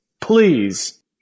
Please